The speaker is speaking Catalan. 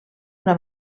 una